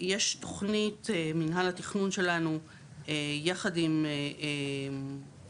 יש תוכנית מינהל התכנון שלנו יחד עם כלל